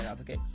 Okay